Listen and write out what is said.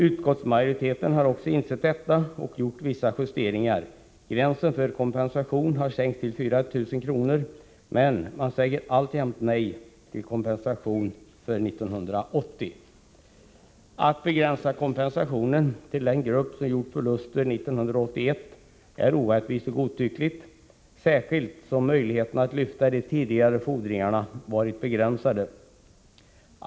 Utskottsmajoriteten har insett detta och gjort vissa justeringar. Gränsen för kompensation har sänkts till 4 000 kr. Men man säger alltjämt nej till kompensation för 1980. Att begränsa kompensationen till den grupp som gjort förluster 1981 är orättvist och godtyckligt, särskilt som möjligheterna att lyfta de tidigare fordringarna varit begränsade.